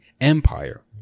empire